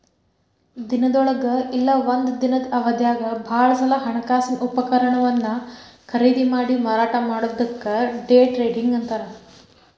ದಿನದೊಳಗ ಇಲ್ಲಾ ಒಂದ ದಿನದ್ ಅವಧ್ಯಾಗ್ ಭಾಳ ಸಲೆ ಹಣಕಾಸಿನ ಉಪಕರಣವನ್ನ ಖರೇದಿಮಾಡಿ ಮಾರಾಟ ಮಾಡೊದಕ್ಕ ಡೆ ಟ್ರೇಡಿಂಗ್ ಅಂತಾರ್